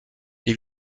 les